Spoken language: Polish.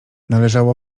należało